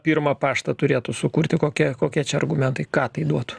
pirmą paštą turėtų sukurti kokie kokie čia argumentai ką tai duotų